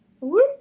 whoop